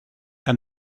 and